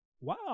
Wow